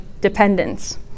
dependence